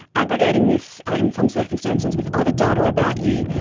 aggregating this in some circumstances with other data about you,